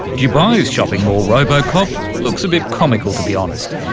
dubai's shopping mall robocop looks a bit comical, to be honest.